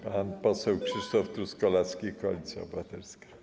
Pan poseł Krzysztof Truskolaski, Koalicja Obywatelska.